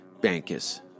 Bankus